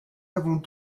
avons